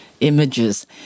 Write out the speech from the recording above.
images